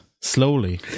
Slowly